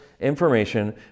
information